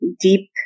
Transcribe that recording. deep